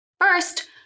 First